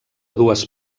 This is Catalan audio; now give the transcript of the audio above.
dues